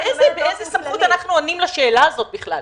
באיזו סמכות אנחנו עונים לשאלה הזאת בכלל?